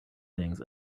things